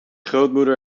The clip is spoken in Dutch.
grootmoeder